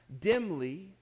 dimly